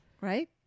Right